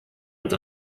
und